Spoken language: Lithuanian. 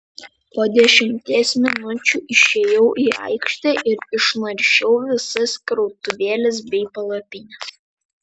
po dešimties minučių išėjau į aikštę ir išnaršiau visas krautuvėles bei palapines